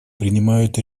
принимают